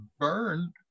burned